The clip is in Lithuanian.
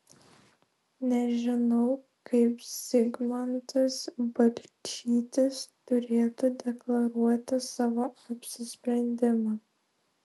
nežinau kaip zigmantas balčytis turėtų deklaruoti savo apsisprendimą